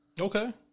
Okay